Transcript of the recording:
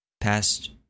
past